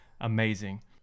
amazing